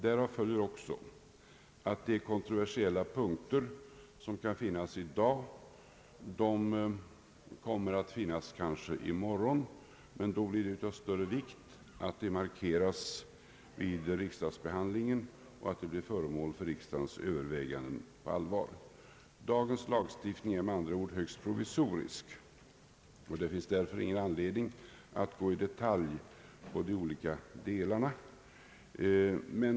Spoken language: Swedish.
Därav följer också att de kontroversiella frågor som kan finnas i dag även kommer att finnas i morgon, men då blir det av större vikt att de markeras vid riksdagsbehandlingen och på allvar blir föremål för riksdagens övervägande. Dagens lagstiftning är med andra ord högst provisorisk, och det finns därför ingen anledning att i detalj gå in på olika delar.